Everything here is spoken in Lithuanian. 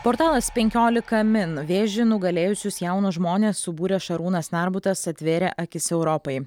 portalas penkiolika min vėžį nugalėjusius jaunus žmones subūręs šarūnas narbutas atvėrė akis europai